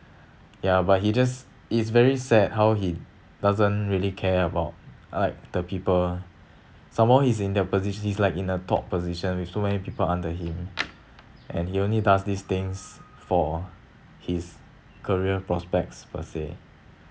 ya but he just it's very sad how he doesn't really care about uh like the people some more he's in their position he's like in the top position with so many people under him and he only does these things for his career prospects per se